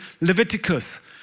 Leviticus